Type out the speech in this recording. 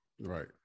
right